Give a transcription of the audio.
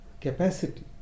capacity